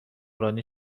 رانی